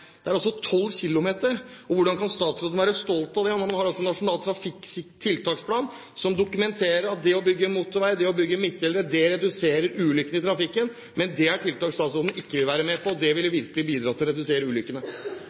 km, hvordan kan statsråden være stolt over dette? Man har altså en nasjonal tiltaksplan som dokumenterer at det å bygge motorvei, det å bygge midtdelere, reduserer ulykkene i trafikken. Men det er tiltak statsråden ikke vil være med på. Det ville virkelig bidratt til å redusere ulykkene.